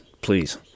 Please